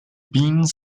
beans